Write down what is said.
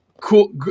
cool